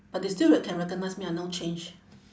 but they still rec~ can recognise me I no change